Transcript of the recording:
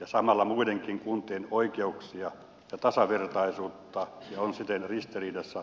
ja samalla muidenkin kuntien oikeuksia ja tasavertaisuutta ja on siten ristiriidassa perustuslain kanssa